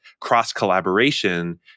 cross-collaboration